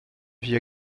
vit